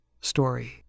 story